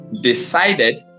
decided